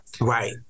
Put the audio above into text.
Right